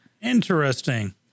Interesting